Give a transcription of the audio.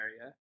area